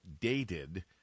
dated